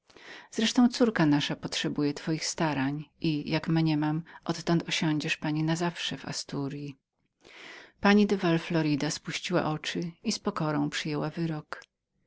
wreszcie córkanaszacórka nasza wymaga twoich starań i jak mniemam odtąd osiądziesz pani na zawsze w asturyi pani de val florida spuściła oczy i z pokorą przyjęła wyrok